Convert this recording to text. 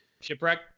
Shipwreck